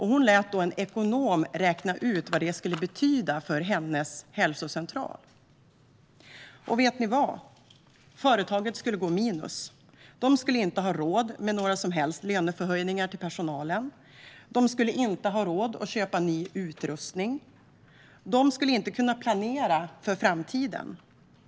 Hon lät en ekonom räkna ut vad det här skulle betyda för hennes hälsocentral, och vet ni vad? Företaget skulle gå minus. De skulle därmed inte ha råd med några som helst löneförhöjningar för personalen. De skulle inte ha råd att köpa ny utrustning. De skulle inte kunna planera för framtiden.